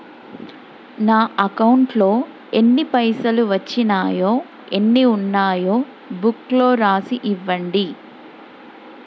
నా అకౌంట్లో ఎన్ని పైసలు వచ్చినాయో ఎన్ని ఉన్నాయో బుక్ లో రాసి ఇవ్వండి?